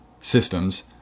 systems